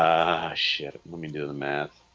ah shit let me do the math